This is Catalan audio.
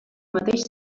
mateix